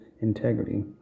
integrity